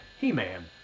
He-Man